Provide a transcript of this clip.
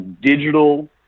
digital